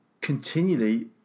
continually